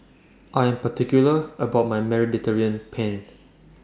I Am particular about My Mediterranean Penne